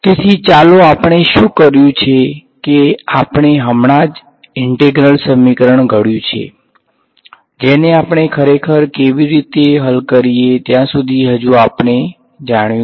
તેથી ચાલો આપણે શું કર્યું છે કે આપણે હમણાં જ ઈંટેગ્રલ સમીકરણ ઘડ્યું છે જેને આપણે ખરેખર કેવી રીતે હલ કરીએ ત્યાં સુધી હજી આપણે નથી જાણ્યુ